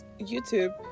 youtube